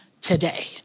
today